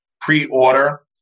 pre-order